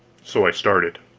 so i started.